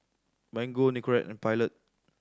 Mango Nicorette and Pilot